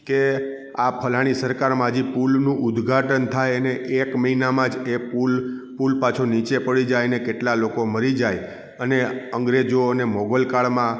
કે આ ફલાણી સરકારમાં જે પુલનું ઉદ્ઘાટન થાય એને એક મહિનામાં જ એ પુલ પુલ પાછો નીચે પડી જાય અને કેટલા લોકો મરી જાય અને અંગ્રેજોને મોગલ કાળમાં